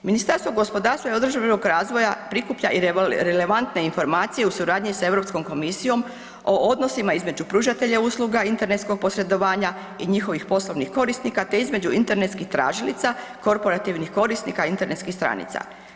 Ministarstvo gospodarstva i održivog razvoja prikuplja i relevantne informacije u suradnji sa Europskoj komisijom o odnosima između pružatelja usluga internetskog posredovanja i njihovih poslovnih korisnika te između internetskih tražilica, korporativnih korisnika internetskih stranica.